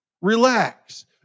relax